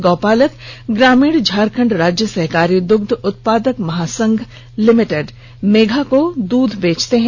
गौपालक ग्रामीण झारखंड राज्य सहकारी दुग्ध उत्पादक महासंघ लिमिटेड मेधा को दूध बेच देते हैं